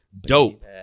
dope